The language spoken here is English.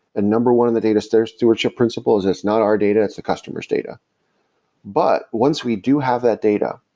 ah number one in the data stewardship principle is it's not our data, it's the customer s data but once we do have that data,